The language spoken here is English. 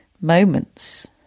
moments